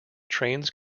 trains